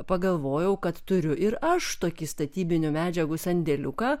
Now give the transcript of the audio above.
pagalvojau kad turiu ir aš tokį statybinių medžiagų sandėliuką